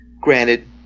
Granted